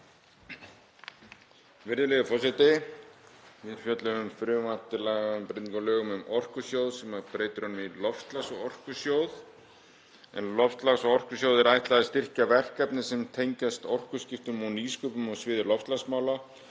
Virðulegi forseti. Við fjöllum um frumvarp til laga um breytingu á lögum um Orkusjóð sem breytir honum Loftslags- og orkusjóð. Loftslags- og orkusjóði er ætlað að styrkja verkefni sem tengjast orkuskiptum og nýsköpun á sviði loftslagsmála,